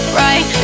right